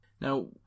Now